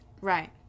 right